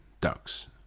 Ducks